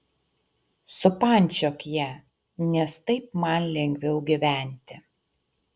supančiok ją nes taip man lengviau gyventi